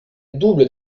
double